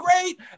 great